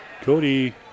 Cody